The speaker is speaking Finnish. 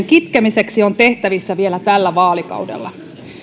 kitkemiseksi on tehtävissä vielä tällä vaalikaudella